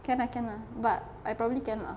can lah can lah but I probably can lah